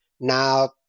Now